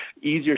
easier